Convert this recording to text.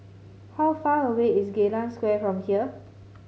how far away is Geylang Square from here